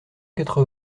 quatre